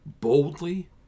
boldly